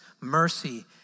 mercy